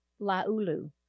Laulu